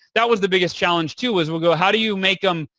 that was the biggest challenge too is we'll go, how do you make them.